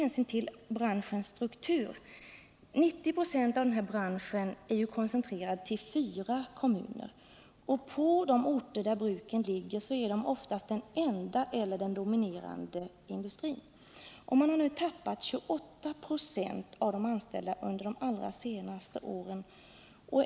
90 96 av denna bransch är koncentrerad till fyra kommuner. På de orter där bruken ligger är de oftast den enda eller den dominerande industrin. Man har under de allra senaste åren tappat 28 96 av 49 de anställda.